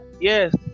Yes